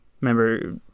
Remember